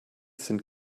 sind